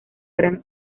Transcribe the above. gran